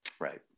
Right